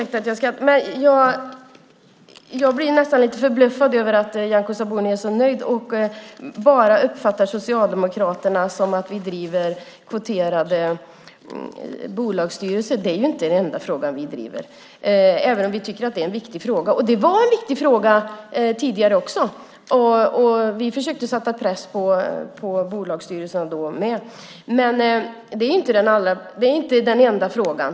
Herr talman! Jag blir förbluffad över att Nyamko Sabuni är så nöjd och uppfattar att Socialdemokraterna bara driver frågan om kvoterade bolagsstyrelser. Det är inte den enda fråga vi driver, även om vi tycker att den är viktig. Det var en viktig fråga tidigare också. Vi försökte sätta press på bolagsstyrelserna då också. Men det är inte den enda frågan.